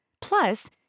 Plus